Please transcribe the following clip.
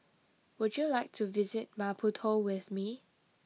would you like to visit Maputo with me